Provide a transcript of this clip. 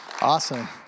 Awesome